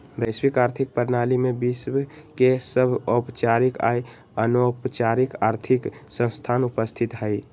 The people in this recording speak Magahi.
वैश्विक आर्थिक प्रणाली में विश्व के सभ औपचारिक आऽ अनौपचारिक आर्थिक संस्थान उपस्थित हइ